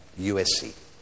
USC